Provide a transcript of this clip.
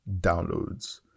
downloads